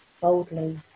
boldly